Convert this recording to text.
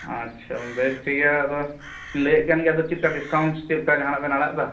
ᱟᱪᱪᱷᱟ ᱵᱮᱥ ᱴᱷᱤᱠ ᱜᱮᱭᱟ ᱟᱫᱚ ᱞᱟᱹᱭᱮᱫ ᱠᱟᱱ ᱜᱮᱭᱟ ᱛᱚ ᱪᱮᱫ ᱞᱮᱠᱟ ᱰᱤᱥᱠᱟᱣᱩᱱᱴ ᱪᱮᱫ ᱞᱮᱠᱟ ᱡᱟᱦᱟᱱᱟᱜ ᱵᱮᱱ ᱟᱲᱟᱜ ᱮᱫᱟ